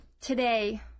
Today